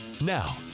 Now